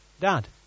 Dad